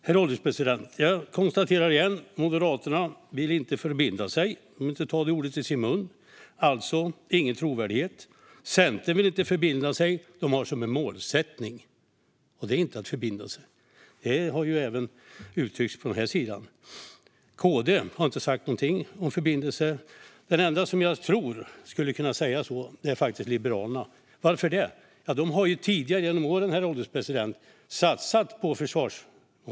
Herr ålderspresident! Jag konstaterar igen: Moderaterna vill inte förbinda sig. De vill inte ta det ordet i sin mun - alltså ingen trovärdighet. Centern vill inte förbinda sig. De har detta som en "målsättning", och det är inte att förbinda sig. KD har inte sagt någonting om förbindelse. De enda som jag tror skulle kunna göra det är faktiskt Liberalerna. Varför det? Ja, de har ju tidigare genom åren, herr ålderspresident, satsat på försvaret.